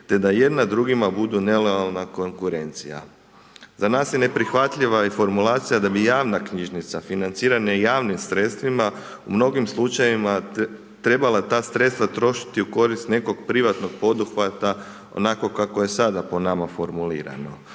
te da jedna drugima budu nelojalna konkurencija. Za nas je neprihvatljiva i formulacija da bi javna knjižnica financirana javnim sredstvima u mnogim slučajevima trebala ta sredstva trošiti u korist nekog privatnog poduhvata, onako kako je sada po nama formulirano.